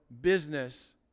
business